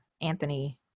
Anthony